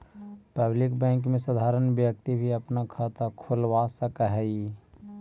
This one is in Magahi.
पब्लिक बैंक में साधारण व्यक्ति भी अपना खाता खोलवा सकऽ हइ